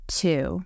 two